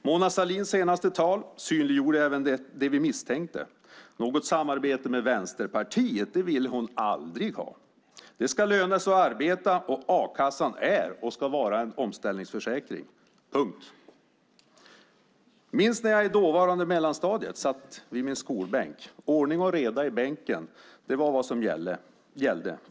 Mona Sahlins senaste tal synliggjorde det vi misstänkte: Något samarbete med Vänsterpartiet ville hon aldrig ha. Det ska löna sig att arbeta, och a-kassan är och ska vara en omställningsförsäkring. Jag minns när jag på mellanstadiet satt vid min skolbänk. Ordning och reda i bänken var det som gällde.